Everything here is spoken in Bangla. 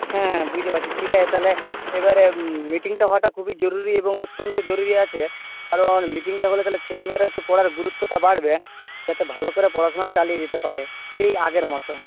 হ্যাঁ হ্যাঁ বুঝতে পারছি ঠিক আছে তাহলে এবারে মিটিংটা হওয়াটা খুবই জরুরি এবং অত্যন্ত জরুরি আছে কারণ মিটিংটা হলে তাহলে ছেলেমেয়েরাও একটু পড়ার গুরুত্বটা বাড়বে যাতে ভালো করে পড়াশুনো চালিয়ে যেতে পারে সেই আগের মতো